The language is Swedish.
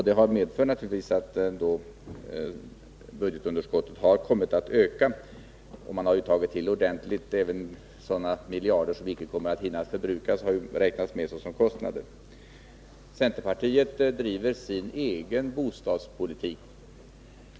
Detta har naturligtvis medfört att budgetunderskottet kommit att öka. Man har ju tagit till ordentligt. Även sådana miljarder som inte kommer att hinna förbrukas har ju tagits med som kostnader. Centerpartiet driver sin egen bostadspolitik.